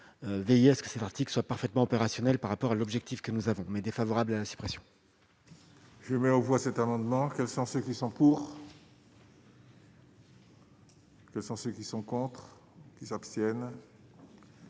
veiller à ce que ces articles soient parfaitement opérationnel par rapport à l'objectif que nous avons mais défavorable à la suppression. Je mets aux voix cet amendement, quels sont ceux qui sont pour. Le sens qui sont contres qui s'abstiennent.